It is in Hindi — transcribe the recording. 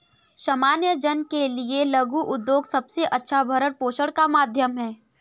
सामान्य जन के लिये लघु उद्योग सबसे अच्छा भरण पोषण का माध्यम है